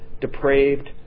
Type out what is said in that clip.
depraved